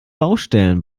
baustellen